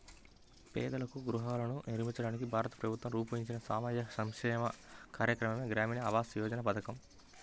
పేదలకు గృహాలను నిర్మించడానికి భారత ప్రభుత్వం రూపొందించిన సామాజిక సంక్షేమ కార్యక్రమమే గ్రామీణ ఆవాస్ యోజన పథకం